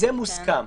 זה מוסכם.